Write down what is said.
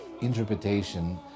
interpretation